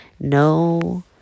no